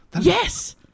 yes